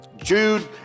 Jude